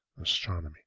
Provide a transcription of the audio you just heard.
Astronomy